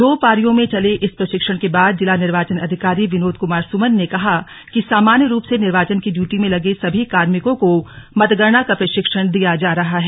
दो पारियों में चले इस प्रशिक्षण के बाद जिला निर्वाचन अधिकारी विनोद कुमार सुमन ने कहा कि सामान्य रूप से निर्वाचन की ड्यूटी में लगे सभी कार्मिकों को मतगणना का प्रशिक्षण दिया जा रहा है